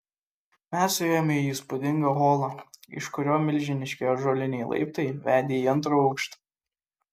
mes suėjome į įspūdingą holą iš kurio milžiniški ąžuoliniai laiptai vedė į antrą aukštą